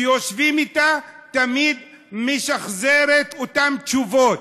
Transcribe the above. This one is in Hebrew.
כשיושבים אתה, תמיד היא משחזרת אותן תשובות: